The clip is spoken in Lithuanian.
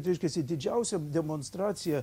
reiškiasi didžiausia demonstracija